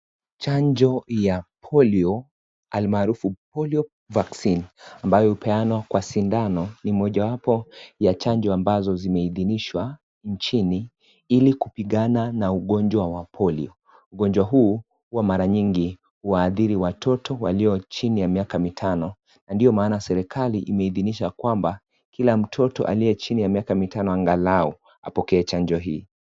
Chanjo ya polio alimaarufu polio vaccine ambayo hupeanwa Kwa sindano ni mojawapo ya chanjo ambazo zimehidhinishwa nchini ili kupigana na ugonjwa wa polio .Ugonjwa huu huwa mara nyingi inawaathiri watoto wenye miaka chini ya mitanona ndio Maana serikali imehidhinisha kwamba kila mtoto aliye chini ya miaka mitano apewe chanjo hii.